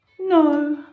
No